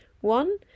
One